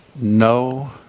no